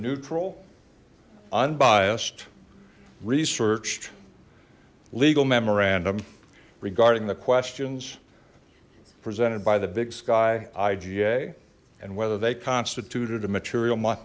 neutral unbiased researched legal memorandum regarding the questions presented by the big sky iga and whether they constituted a material m